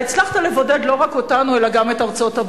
אתה הצלחת לבודד לא רק אותנו אלא גם את ארצות-הברית.